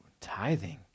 tithing